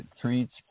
treats